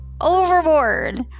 Overboard